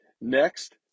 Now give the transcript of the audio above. Next